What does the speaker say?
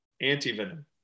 anti-venom